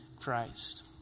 Christ